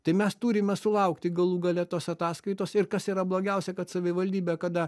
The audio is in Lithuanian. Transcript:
tai mes turime sulaukti galų gale tos ataskaitos ir kas yra blogiausia kad savivaldybė kada